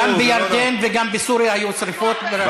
גם בירדן וגם בסוריה היו שרפות.